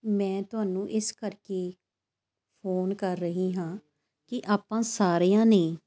ਮੈਂ ਤੁਹਾਨੂੰ ਇਸ ਕਰਕੇ ਫੋਨ ਕਰ ਰਹੀ ਹਾਂ ਕਿ ਆਪਾਂ ਸਾਰਿਆਂ ਨੇ